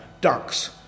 ducks